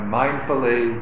mindfully